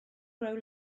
grow